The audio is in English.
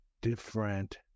different